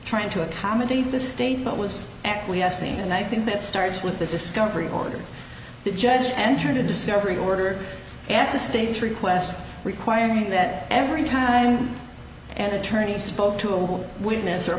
trying to accommodate the state but was acquiescing and i think that starts with the discovery order the judge entered a discovery order at the state's request requiring that every time an attorney spoke to a local witness or